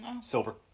Silver